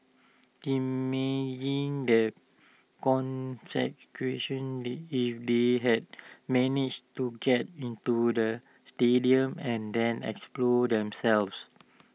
imagine the if they had managed to get into the stadium and then exploded themselves